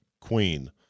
Queen